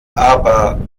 aber